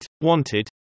Wanted